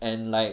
and like